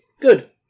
Good